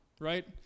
right